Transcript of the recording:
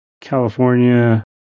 California